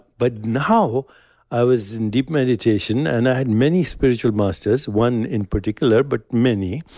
but now i was in deep meditation. and i had many spiritual masters, one in particular, but many.